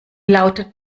lautet